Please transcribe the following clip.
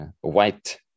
white